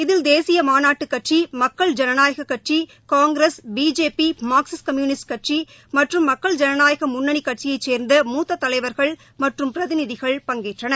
இதில் தேசிய மாநாட்டு கட்சி மக்கள் ஜனநாயக கட்சி காங்கிரஸ் பிஜேபி மார்க்சிஸ்ட் கம்யூனிஸ்ட் கட்சி மற்றும் மக்கள் ஜனநாயக முன்னணி கட்சியைச் சேர்ந்த மூத்த தலைவர்கள் மற்றும் பிரதிநிதிகள் பங்கேற்றனர்